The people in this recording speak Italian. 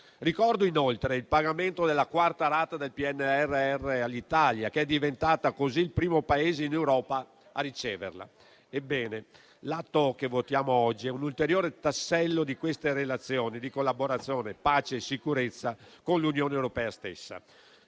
Ricordo inoltre il pagamento della quarta rata del PNRR all'Italia, che è diventata così il primo Paese in Europa a riceverla. Ebbene, l'atto che votiamo oggi è un ulteriore tassello di queste relazioni di collaborazione, pace e sicurezza con la stessa